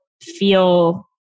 feel